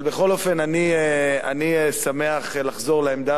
אבל בכל אופן אני שמח לחזור לעמדה